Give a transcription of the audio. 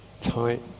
tight